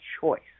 choice